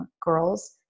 girls